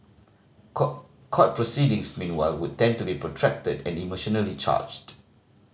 court court proceedings meanwhile would tend to be protracted and emotionally charged